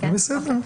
הכל בסדר,